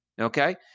Okay